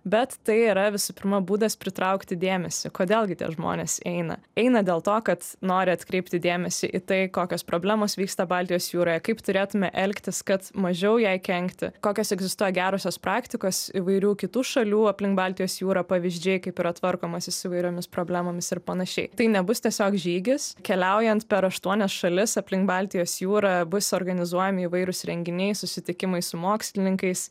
bet tai yra visų pirma būdas pritraukti dėmesį kodėl gi tie žmonės eina eina dėl to kad nori atkreipti dėmesį į tai kokios problemos vyksta baltijos jūroje kaip turėtume elgtis kad mažiau jai kenkti kokios egzistuoja gerosios praktikos įvairių kitų šalių aplink baltijos jūrą pavyzdžiai kaip yra tvarkomasi su įvairiomis problemomis ir panašiai tai nebus tiesiog žygis keliaujant per aštuonias šalis aplink baltijos jūrą bus organizuojami įvairūs renginiai susitikimai su mokslininkais